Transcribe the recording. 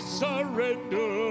surrender